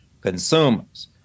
consumers